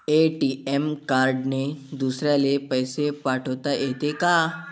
ATM कार्डने दुसऱ्याले पैसे पाठोता येते का?